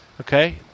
Okay